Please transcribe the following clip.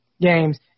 games